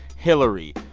hillary,